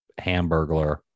hamburglar